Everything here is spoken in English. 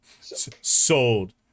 Sold